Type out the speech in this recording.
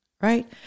right